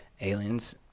aliens